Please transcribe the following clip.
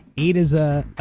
eight is ah